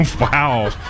Wow